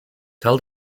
tell